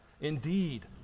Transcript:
Indeed